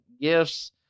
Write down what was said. gifts